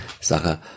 Sache